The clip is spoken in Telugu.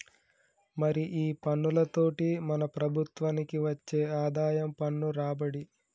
మరి ఈ పన్నులతోటి మన ప్రభుత్వనికి వచ్చే ఆదాయం పన్ను రాబడి